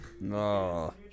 No